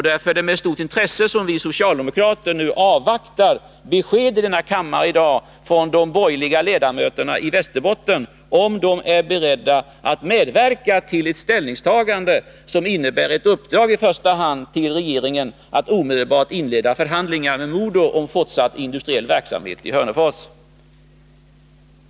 Därför avvaktar vi socialdemokrater med stort intresse besked från dessa borgerliga ledamöter, om de är beredda att medverka till ett ställningstagande som i första hand innebär ett uppdrag till regeringen att omedelbart inleda förhandlingar med MoDo om fortsatt industriell verksamhet i Hörnefors.